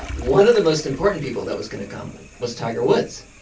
but one of the most important people that was going to come like was tiger woods.